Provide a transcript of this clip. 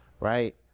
right